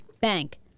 Bank